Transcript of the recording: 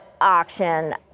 auction